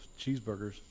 cheeseburgers